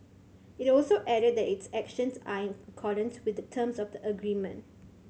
it also added that its actions are in accordance with the terms of the agreement